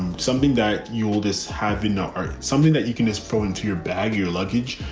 something that you'll just have in the art, something that you can just throw into your bag, your luggage,